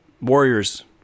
Warriors